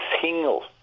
single